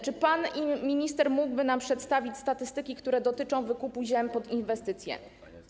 Czy pan minister mógłby nam przedstawić statystyki, które dotyczą wykupu ziem pod inwestycję?